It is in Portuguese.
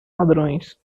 ladrões